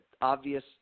obvious